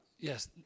Yes